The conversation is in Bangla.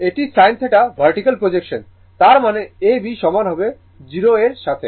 এটি sin θ ভার্টিকাল প্রজেকশন তার মানে A B সমান হবে O A এর সাথে